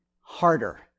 harder